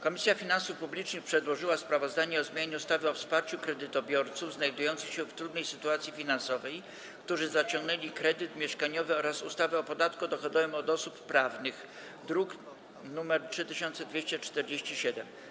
Komisja Finansów Publicznych przedłożyła sprawozdanie o zmianie ustawy o wsparciu kredytobiorców znajdujących się w trudnej sytuacji finansowej, którzy zaciągnęli kredyt mieszkaniowy oraz ustawy o podatku dochodowym od osób prawnych, druk nr 3247.